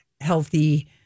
healthy